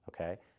Okay